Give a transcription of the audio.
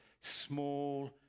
small